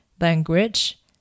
language